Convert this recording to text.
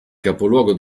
capoluogo